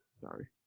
Sorry